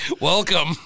Welcome